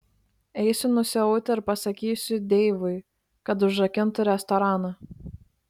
eisiu nusiauti ir pasakysiu deivui kad užrakintų restoraną